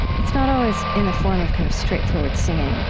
it's not always in the form of kind of straightforward singing.